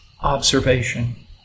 observation